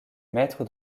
maître